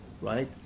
right